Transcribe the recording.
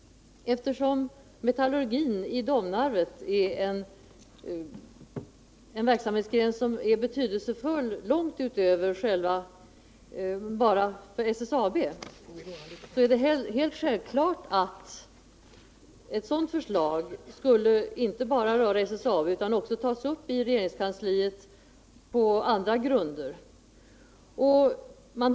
Eftersom metallurgin i Domnarvet är en verksamhetsgren som är betydelsefull också långt utanför SSAB:s verksamhetsområde är det självklart att ett förslag om en nedläggning av metallurgin skulle tas upp inom regeringskansliet även på andra grunder än sådana som har anknytning till SSAB.